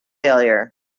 failure